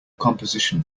composition